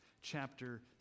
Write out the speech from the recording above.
chapter